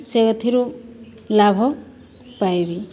ସେଇଥିରୁ ଲାଭ ପାଇବି